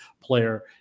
player